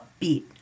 upbeat